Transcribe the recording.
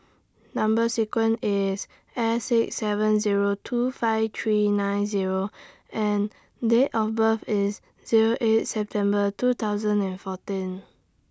Number sequence IS S six seven Zero two five three nine Zero and Date of birth IS Zero eight September two thousand and fourteen